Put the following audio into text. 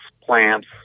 plants